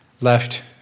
left